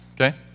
Okay